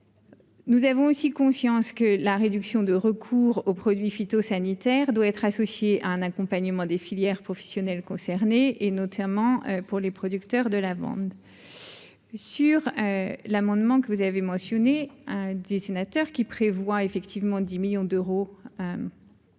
Nous avons aussi conscience que la réduction de recours aux produits phytosanitaires, doit être associée à un accompagnement des filières professionnelles concernées et notamment pour les producteurs de lavande sur l'amendement que vous avez mentionné un dessinateur, qui prévoit effectivement 10 millions d'euros. Le cadre